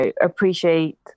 appreciate